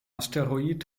asteroid